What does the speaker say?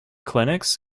clinics